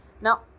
Now